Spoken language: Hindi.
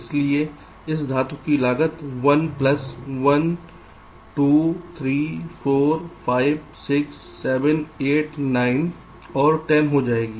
इसलिए इस धातु की लागत 1 प्लस 1 2 3 4 5 6 7 8 9 और 10 हो जाएगी